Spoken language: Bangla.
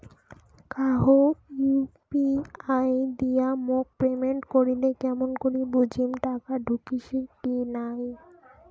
কাহো ইউ.পি.আই দিয়া মোক পেমেন্ট করিলে কেমন করি বুঝিম টাকা ঢুকিসে কি নাই?